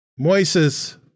Moises